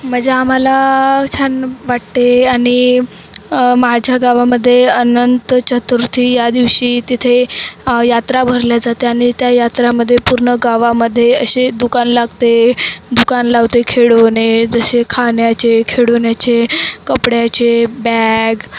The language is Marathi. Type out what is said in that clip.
म्हणजे आम्हाला छान वाटते आणि माझ्या गावामधे अनंत चतुर्थी या दिवशी तिथे यात्रा भरली जाते आणि त्या यात्रामध्ये पूर्ण गावामध्ये असे दुकान लागते दुकान लावते खेळणे जशे खाण्याचे खेळण्याचे कपड्याचे बॅग